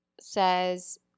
says